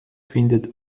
findet